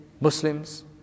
Muslims